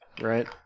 Right